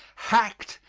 hacked,